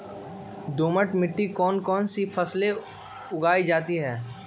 दोमट मिट्टी कौन कौन सी फसलें उगाई जाती है?